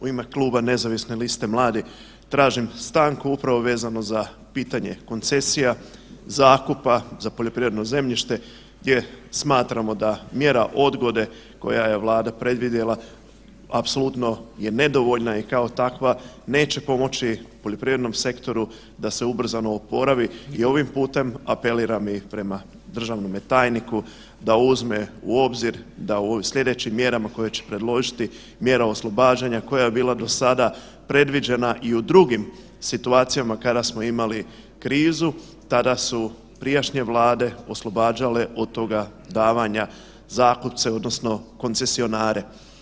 U ime Kluba nezavisne liste mladih tražim stanku upravo vezano za pitanje koncesija, zakupa za poljoprivredno zemljište gdje smatramo da mjera odgode koju je Vlada predvidjela apsolutno je nedovoljna i kao takva neće pomoći poljoprivrednom sektoru da se ubrzano oporavi i ovim putem apeliram i prema državnome tajniku da uzme u obzir da u slijedećim mjerama koje će predložiti, mjera oslobađanja koja je bila do sada predviđena i u drugim situacijama kada smo imali krizu tada su prijašnje Vlade oslobađale od toga davanja zakupce odnosno koncesionare.